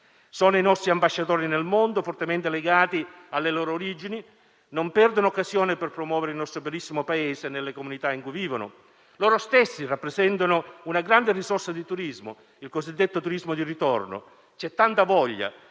Sono i nostri ambasciatori nel mondo, fortemente legati alle loro origini. Non perdono occasione per promuovere il nostro bellissimo Paese nelle comunità in cui vivono. Loro stessi rappresentano una grande risorsa di turismo: il cosiddetto turismo di ritorno. C'è tanta voglia